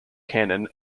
cannon